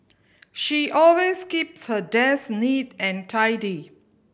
she always keeps her desk neat and tidy